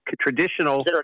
traditional